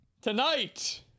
Tonight